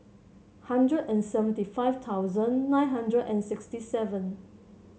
hundred and seventy five thousand nine hundred and sixty seven